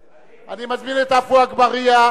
אני מזמין את חבר הכנסת עפו אגבאריה,